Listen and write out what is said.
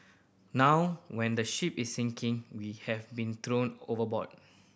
now when the ship is sinking we have been thrown overboard